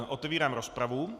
Otevírám rozpravu.